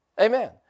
Amen